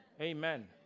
Amen